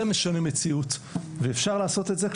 זה משנה מציאות ואפשר לעשות את זה,